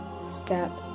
Step